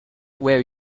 where